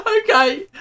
Okay